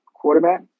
quarterback